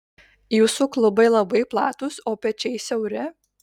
jūsų klubai labai platūs o pečiai siauri